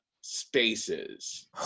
spaces